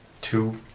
two